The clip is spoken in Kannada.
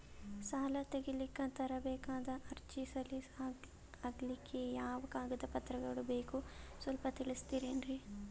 ಸಾಲ ತೆಗಿಲಿಕ್ಕ ತರಬೇಕಾದ ಅರ್ಜಿ ಸಲೀಸ್ ಆಗ್ಲಿಕ್ಕಿ ಯಾವ ಕಾಗದ ಪತ್ರಗಳು ಬೇಕು ಸ್ವಲ್ಪ ತಿಳಿಸತಿರೆನ್ರಿ?